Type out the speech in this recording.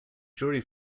jury